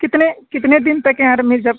कितने कितने दिन तक हैं